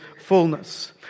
fullness